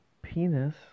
penis